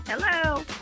Hello